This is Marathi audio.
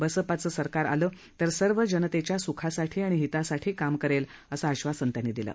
बसपाचं सरकार आलं तर सर्व जनतेच्या स्खासाठी आणि हितासाठी काम करेल असं आश्वासन त्यांनी दिलं